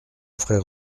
frère